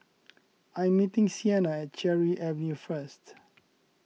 I am meeting Sienna at Cherry Avenue first